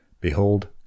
Behold